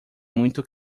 muito